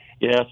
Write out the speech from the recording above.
Yes